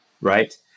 right